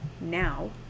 now